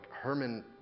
Herman